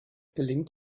gelingt